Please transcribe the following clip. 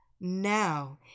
Now